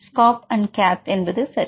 மாணவர்SCOP SCOP and CATH என்பது சரி